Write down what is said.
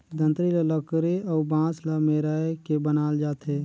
दँतरी ल लकरी अउ बांस ल मेराए के बनाल जाथे